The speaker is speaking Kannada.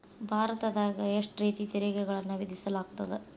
ಭಾರತದಾಗ ಎಷ್ಟ ರೇತಿ ತೆರಿಗೆಗಳನ್ನ ವಿಧಿಸಲಾಗ್ತದ?